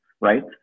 right